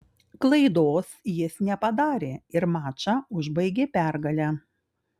klaidos jis nepadarė ir mačą užbaigė pergale